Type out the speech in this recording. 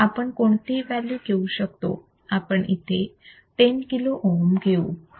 आपण कोणतीही व्हॅल्यू घेऊ शकतो आपण येथे 10 kilo ohms घेऊ